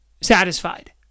satisfied